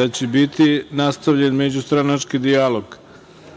da će biti nastavljen međustranački dijalog